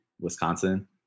Wisconsin